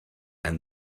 and